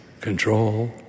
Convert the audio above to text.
control